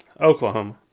Oklahoma